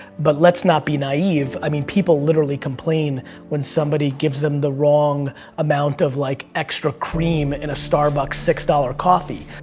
but let's not be naive. i mean people, literally, complain when somebody gives then the wrong amount of like extra cream in a starbucks six dollars coffee.